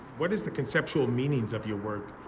what is the conceptual meanings of your work?